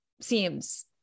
seems